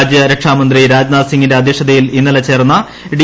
രാജ്യരക്ഷാ മന്ത്രി രാജ്നാഥ് സിങ്ങിന്റെ അദ്ധ്യക്ഷതയിൽ ഇന്നലെ ചേർന്ന ഡി